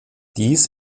dies